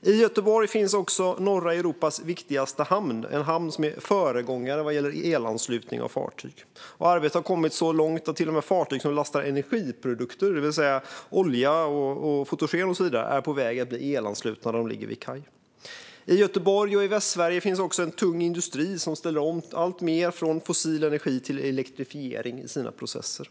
I Göteborg finns också norra Europas viktigaste hamn, en hamn som är föregångare vad gäller elanslutning av fartyg. Arbetet har kommit så långt att till och med fartyg som lastar energiprodukter, till exempel olja och fotogen, är på väg att bli elanslutna när de ligger vid kaj. I Göteborg och i Västsverige finns också tung industri som ställer om alltmer från fossil energi till elektrifiering i sina processer.